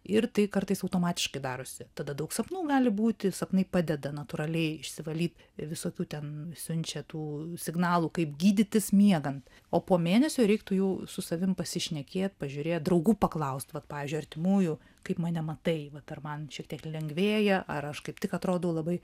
ir tai kartais automatiškai darosi tada daug sapnų gali būti sapnai padeda natūraliai išsivalyt visokių ten siunčia tų signalų kaip gydytis miegant o po mėnesio reiktų jau su savim pasišnekėt pažiūrėti draugų paklausti vat pavyzdžiui artimųjų kaip mane matai vat ar man šiek tiek lengvėja ar aš kaip tik atrodo labai